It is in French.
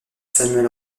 samuel